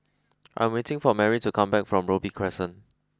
I am waiting for Marie to come back from Robey Crescent